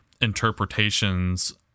interpretations